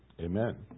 amen